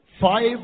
Five